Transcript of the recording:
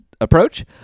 approach